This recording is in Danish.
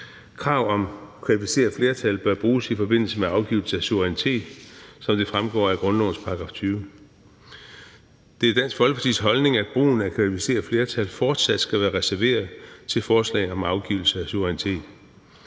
Krav om kvalificeret flertal bør bruges i forbindelse med afgivelse af suverænitet, som det fremgår af grundlovens § 20. Det er Dansk Folkepartis holdning, at brugen af kvalificeret flertal fortsat skal være reserveret til forslag om afgivelse af suverænitet.